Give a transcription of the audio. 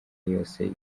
yose